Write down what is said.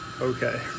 Okay